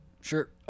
sure